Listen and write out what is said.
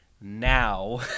now